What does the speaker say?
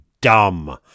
dumb